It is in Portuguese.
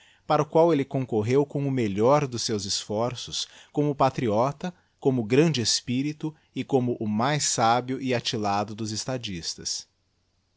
para o qual elle concorreu com o melhoj dos seus esforços como patriota como grande espirito e como o mais sábio e atilado dos estadistas